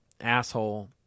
asshole